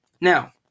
Now